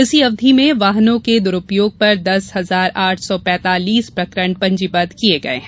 इसी अवधि में वाहनों के दुरूपयोग पर दस हजार आठ सौ पैतालीस प्रकरण पंजीबद्ध किये गये हैं